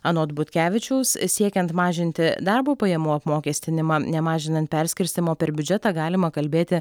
anot butkevičiaus siekiant mažinti darbo pajamų apmokestinimą nemažinant perskirstymo per biudžetą galima kalbėti